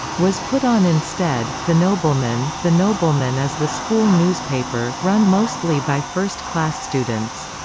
was put on instead the nobleman the nobleman is the school newspaper, run mostly by first class students.